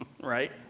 right